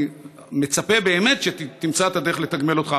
אני מצפה, באמת, שתמצא את הדרך לתגמל אותם.